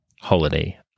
holiday